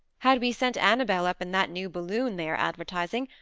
had we sent annabel up in that new balloon they are advertising,